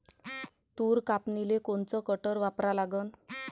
तूर कापनीले कोनचं कटर वापरा लागन?